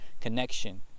connection